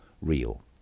real